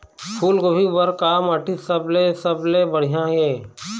फूलगोभी बर का माटी सबले सबले बढ़िया ये?